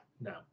No